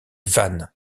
vannes